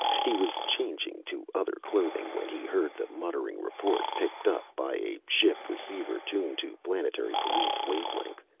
he was changing to other clothing when he heard the muttering report, picked up by a ship-receiver tuned to planetary police wave length.